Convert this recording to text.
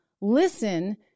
Listen